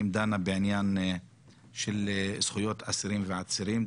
דנה בעניין של זכויות אסירים ועצירים,